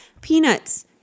Peanuts